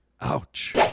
Ouch